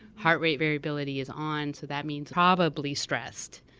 heart rate variability is on, so that means probably stressed.